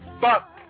fuck